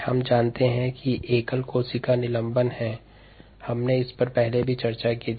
हम जानते हैं कि यह एक एकल कोशिका निलंबन है हमने इस पर पहले भी चर्चा की थी